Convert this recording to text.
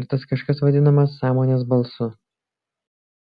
ir tas kažkas vadinama sąmonės balsu